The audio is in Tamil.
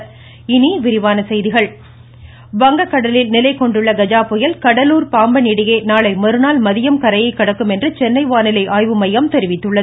மமமமம கஜாபுயல் வங்கக்கடலில் நிலை கொண்டுள்ள கஜாபுயல் கடலூர் பாம்பன் இடையே நாளைமறுநாள் மதியம் கரையை கடக்கும் என்று சென்னை வானிலை ஆய்வு மையம் தெரிவித்துள்ளது